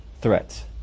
threats